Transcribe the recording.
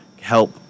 help